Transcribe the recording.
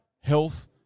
health